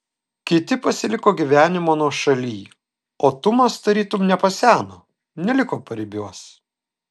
kiti pasiliko gyvenimo nuošaly o tumas tarytum nepaseno neliko paribiuos